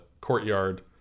courtyard